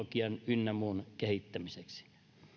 innovaatioita teknologian ynnä muun kehittämiseksi